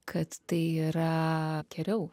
kad tai yra geriau